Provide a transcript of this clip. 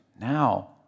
now